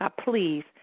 please